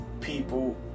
people